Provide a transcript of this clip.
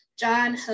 John